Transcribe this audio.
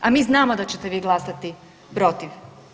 A mi znamo da ćete vi glasati protiv.